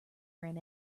ran